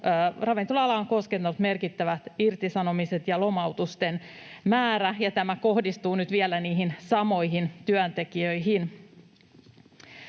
ravintola-alaa ovat koskeneet merkittävät irtisanomiset ja lomautusten määrä ja tämä kohdistuu nyt vielä niihin samoihin työntekijöihin.